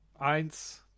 Eins